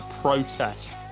protest